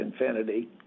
infinity